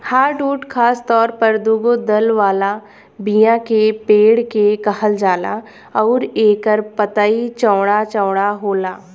hardwood खासतौर पर दुगो दल वाला बीया के पेड़ के कहल जाला अउरी एकर पतई चौड़ा चौड़ा होला